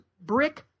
brick